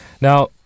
Now